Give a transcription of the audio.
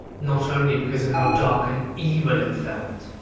not only because of how dark and evil it felt,